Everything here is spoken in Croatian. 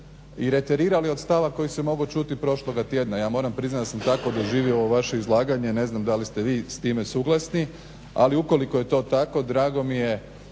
i reterirali od stava koji se mogao čuti prošlog tjedna. Ja moram priznati da sam tako doživio ovo vaše izlaganje, ne znam da li ste vi s time suglasni, ali ukoliko je to tako drago mi je